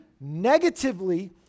negatively